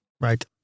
Right